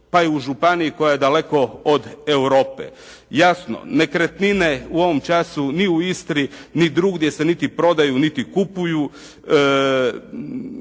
pa i u županiji koja je daleko od Europe? Jasno, nekretnine u ovom času ni u Istri ni drugdje se niti prodaju niti kupuju.